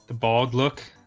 bog look